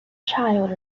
child